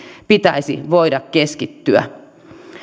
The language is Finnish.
pitäisi voida keskittyä